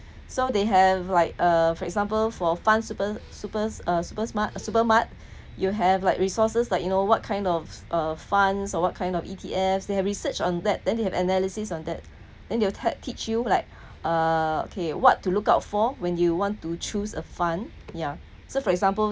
so they have like uh for example for fund super super uh super smart supermart you have like resources like you know what kind of uh funds or what kind of E_T_F they have research on that then they have analysis on that then they will teach you like uh okay what to look out for when you want to choose a fund ya so for example